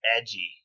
edgy